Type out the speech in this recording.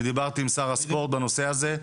אני דיברתי עם שר הספורט בנושא הזה,